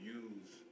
use